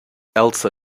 elsa